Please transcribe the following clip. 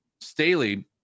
Staley